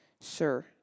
Sir